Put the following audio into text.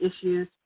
issues